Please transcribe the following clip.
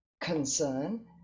concern